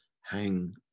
hang